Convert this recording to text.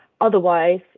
Otherwise